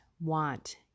want